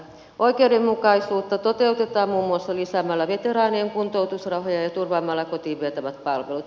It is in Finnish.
oikeudenmukaisuutta toteutetaan muun muassa lisäämällä veteraanien kuntoutusrahoja ja turvaamalla kotiin vietävät palvelut